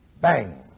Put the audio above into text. Bang